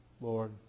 Lord